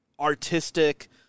artistic –